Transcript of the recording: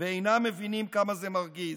ואינם מבינים כמה זה מרגיז.